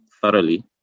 thoroughly